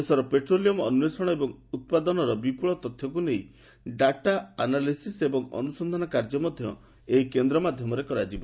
ଦେଶର ପେଟ୍ରୋଲିୟମ୍ ଅନ୍ୱେଷଣ ଏବଂ ଉପାଦନର ବିପୁଳ ତଥ୍ୟକୁ ନେଇ ଡାଟା ଆନାଲିସିସ୍ ଏବଂ ଅନୁସନ୍ଧାନ କାର୍ଯ୍ୟ ମଧ୍ଧ ଏହି କେନ୍ଦ୍ ମାଧ୍ଧମରେ କରାଯିବ